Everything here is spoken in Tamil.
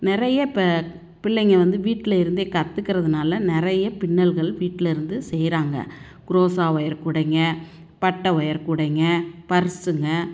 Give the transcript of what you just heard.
நிறைய இப்போ பிள்ளைங்க வந்து வீட்டில் இருந்தே கத்துக்கிறதுனால நிறைய பின்னல்கள் வீட்லேருந்து செய்கிறாங்க குரோசா ஒயர் கூடைங்க பட்டை ஒயர் கூடைங்க பர்ஸுங்க